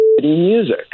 music